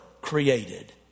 created